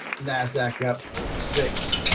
nasdaq got six.